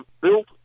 built